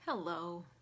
hello